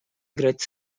играть